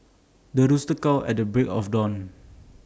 the rooster at the break of dawn